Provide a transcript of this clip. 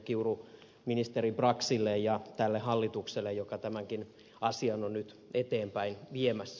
kiuru ministeri braxille ja tälle hallitukselle joka tämänkin asian on nyt eteenpäin viemässä